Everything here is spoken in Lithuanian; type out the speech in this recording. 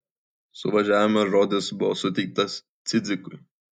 suvažiavime žodis buvo suteiktas cidzikui